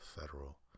federal